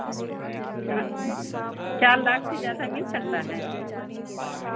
ह्म्म चार लाख से ज़्यादा मिल सकता है